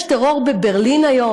יש טרור בברלין היום,